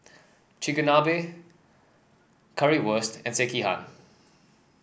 Chigenabe Currywurst and Sekihan